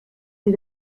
sie